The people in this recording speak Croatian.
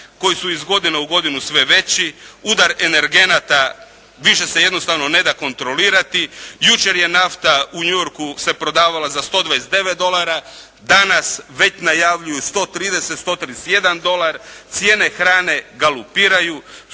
koji su iz godina u godinu sve veći, udar energenata više se jednostavno ne da kontrolirati. Jučer je nafta u New Yorku se prodavala za 129 dolara, danas već najavljuju 130, 131 dolar, cijene hrane galopiraju,